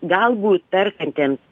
galbūt perkantiems